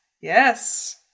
Yes